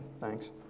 thanks